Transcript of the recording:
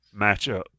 matchup